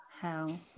hell